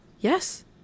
yes